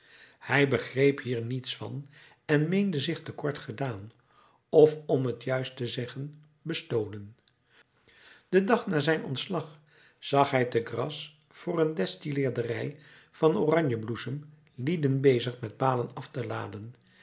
hij begreep hier niets van en meende zich te kort gedaan of om t juist te zeggen bestolen den dag na zijn ontslag zag hij te grasse voor een destilleerderij van oranjebloesem lieden bezig met balen af te laden